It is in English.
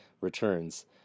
returns